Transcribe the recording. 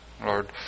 Lord